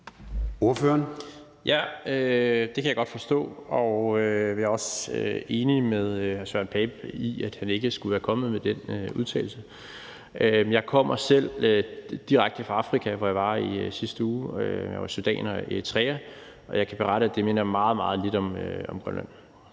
Jarlov (KF): Det kan jeg godt forstå, og jeg er også enig med hr. Søren Pape Poulsen i, at han ikke skulle være kommet med den udtalelse. Jeg kommer selv direkte fra Afrika, hvor jeg var i sidste uge, i Sudan og Eritrea, og jeg kan berette, at det minder meget, meget lidt om Grønland.